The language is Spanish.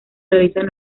realizan